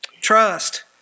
Trust